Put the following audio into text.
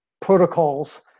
protocols